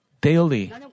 daily